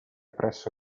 presso